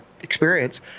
experience